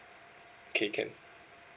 okay can